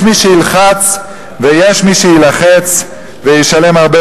יש מי שילחץ ויש מי שיילחץ וישלם הרבה